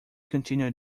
continue